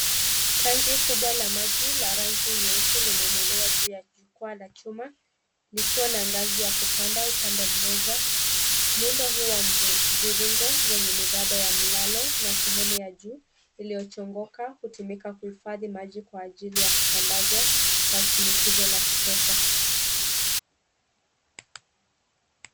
Tanki kubwa la maji la rangi nyeusi limeinuliwa juu la jukwaa la chuma likiwa na ngazi ya kupanda upande mmoja. Muundo huu wa mviringo wenye miraba ya mlalo na sehemu ya juu iliyochongoka hutumika kuhifadhi maji kwa ajili ya kusambazwa kwa shinikizo la kutosha.